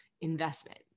investment